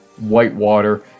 Whitewater